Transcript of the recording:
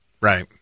Right